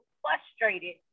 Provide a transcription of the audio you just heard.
frustrated